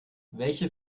welche